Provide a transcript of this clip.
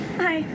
hi